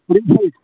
three phase